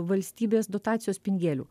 valstybės dotacijos pinigėlių